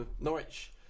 Norwich